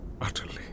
utterly